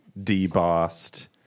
debossed